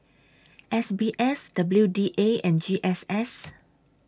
S B S W D A and G S S